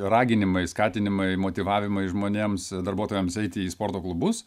raginimai skatinimai motyvavimai žmonėms darbuotojams eiti į sporto klubus